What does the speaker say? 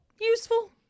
useful